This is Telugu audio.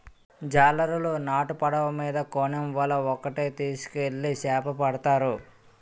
జాలరులు నాటు పడవ మీద కోనేమ్ వల ఒక్కేటి పట్టుకెళ్లి సేపపడతారు